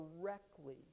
directly